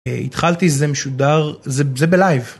התחלתי זה משודר זה בלייב.